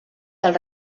del